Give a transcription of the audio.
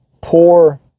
poor